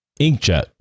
inkjet